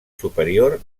superior